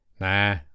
Nah